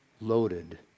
loaded